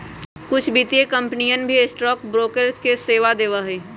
कुछ वित्तीय कंपनियन भी स्टॉक ब्रोकरेज के सेवा देवा हई